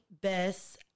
best